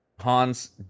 Hans